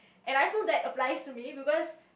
and I feel that applies to me because